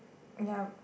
ya